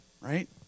right